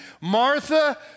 Martha